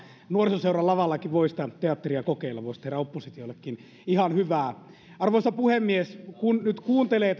nuorisoseuran lavallakin voi sitä teatteria kokeilla voisi tehdä oppositiollekin ihan hyvää arvoisa puhemies kun nyt kuuntelee